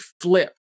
flip